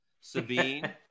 Sabine